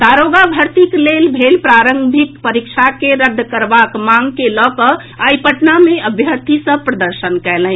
दारोगा भर्तीक लेल भेल प्रारंभिक परीक्षा के रद्द करबाक मांग के लऽ कऽ आई पटना मे अभ्यर्थी सभ प्रदर्शन कयलनि